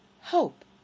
hope